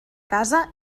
casa